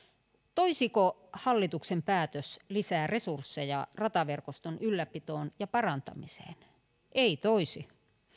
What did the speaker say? toisiko hallituksen päätös lisää resursseja rataverkoston ylläpitoon ja parantamiseen ei toisi